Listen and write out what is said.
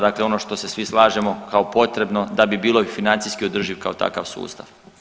Dakle, ono što se svi slažemo kao potrebno da bi bilo i financijski održiv kao takav sustav.